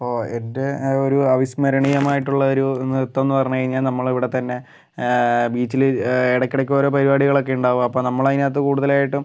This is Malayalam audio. ഇപ്പോൾ എൻ്റെ ആ ഒരു അവിസ്മരണീയമായിട്ടുള്ള ഒരു നൃത്തം എന്ന് പറഞ്ഞു കഴിഞ്ഞാൽ നമ്മൾ ഇവിടെ തന്നെ ബീച്ചിൽ ഇടയ്ക്കിടയ്ക്ക് ഓരോ പരിപാടികളൊക്കെ ഉണ്ടാകും അപ്പോൾ നമ്മൾ അതിനകത്ത് കൂടുതലായിട്ടും